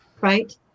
Right